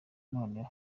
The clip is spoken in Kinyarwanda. noneho